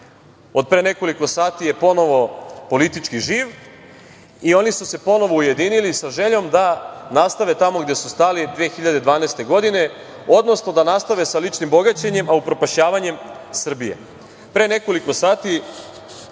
od pre nekoliko sati je ponovo politički živ. Oni su se ponovo ujedinili sa željom da nastave tamo gde su stali 2012. godine, odnosno da nastave sa ličnim bogaćenjenjem, a upropašćavanjem Srbije. Pre nekoliko sati